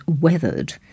weathered